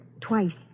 twice